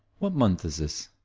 what month is this?